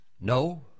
no